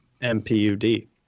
M-P-U-D